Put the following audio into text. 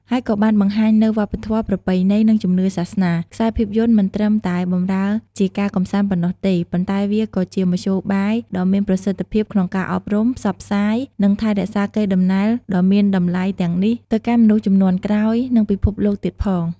ហើយក៏បានបង្ហាញនូវវប្បធម៌ ប្រពៃណី និងជំនឿសាសនា ខ្សែភាពយន្តមិនត្រឹមតែបម្រើជាការកម្សាន្តប៉ុណ្ណោះទេ ប៉ុន្តែវាក៏ជាមធ្យោបាយដ៏មានប្រសិទ្ធភាពក្នុងការអប់រំ ផ្សព្វផ្សាយ និងថែរក្សាកេរដំណែលដ៏មានតម្លៃទាំងនេះទៅកាន់មនុស្សជំនាន់ក្រោយ និងពិភពលោកទៀតផង។